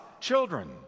children